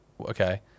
okay